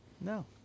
no